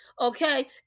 Okay